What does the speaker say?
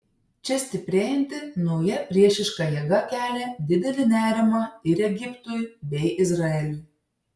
čia stiprėjanti nauja priešiška jėga kelia didelį nerimą ir egiptui bei izraeliui